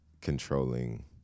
controlling